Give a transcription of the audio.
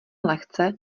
lehce